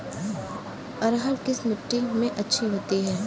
अरहर किस मिट्टी में अच्छी होती है?